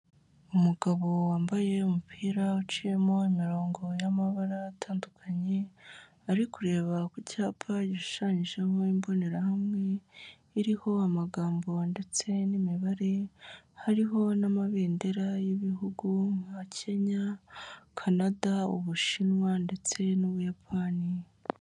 Umugabo wambaye umupira uciyemo imirongo y'amabara atandukanye, ari kureba ku cyapa gishushanyijeho imbonerahamwe, iriho amagambo ndetse n'imibare, hariho n'amabendera y'ibihugu nka Kennya, Canada, Ubushinwa ndetse n'Ubuyapani.